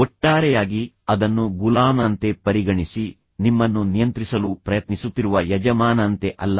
ಒಟ್ಟಾರೆಯಾಗಿ ಅದನ್ನು ಗುಲಾಮನಂತೆ ಪರಿಗಣಿಸಿ ನಿಮ್ಮನ್ನು ನಿಯಂತ್ರಿಸಲು ಪ್ರಯತ್ನಿಸುತ್ತಿರುವ ಯಜಮಾನನಂತೆ ಅಲ್ಲ